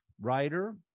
writer